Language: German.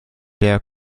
der